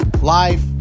life